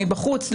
האם בחוץ,